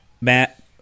Matt